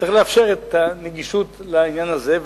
צריך לאפשר את הגישה לעניין הזה,